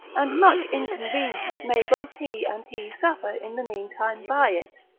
and much inconvenience may both he and he suffer in the meantime by it.